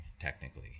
technically